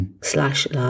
Slash